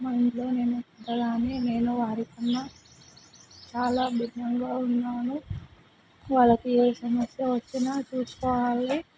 మా ఇంట్లో నేనే పెద్దదాన్ని నేను వారి కన్నా చాలా భిన్నంగా ఉన్నాను వాళ్ళకి ఏ సమస్య వచ్చినా చూసుకోవాలి మా